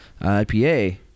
ipa